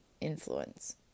influence